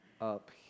up